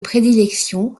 prédilection